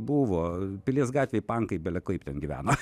buvo pilies gatvėj pankai belekaip ten gyveno